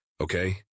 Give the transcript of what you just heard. Okay